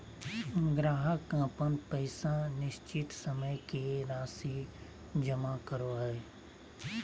ग्राहक अपन पैसा निश्चित समय के राशि जमा करो हइ